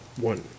one